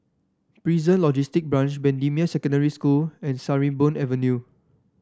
Prison Logistic Branch Bendemeer Secondary School and Sarimbun Avenue